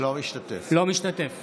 אינו משתתף